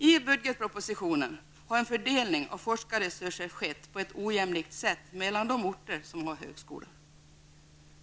I budgetpropositionen har en fördelning av forskarresurser skett på ett ojämlikt sätt mellan de orter som har högskolor.